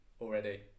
already